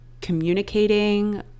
communicating